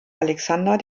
alexander